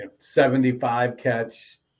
75-catch